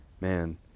Man